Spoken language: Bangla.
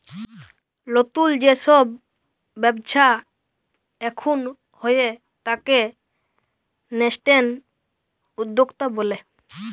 লতুল যে সব ব্যবচ্ছা এখুন হয়ে তাকে ন্যাসেন্ট উদ্যক্তা ব্যলে